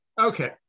Okay